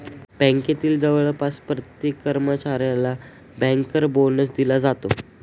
बँकेतील जवळपास प्रत्येक कर्मचाऱ्याला बँकर बोनस दिला जातो